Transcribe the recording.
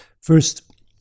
First